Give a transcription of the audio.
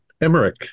Emmerich